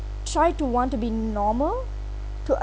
try to want to be normal to uh